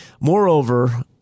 Moreover